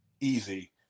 Easy